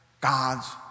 God's